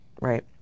right